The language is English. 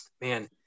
Man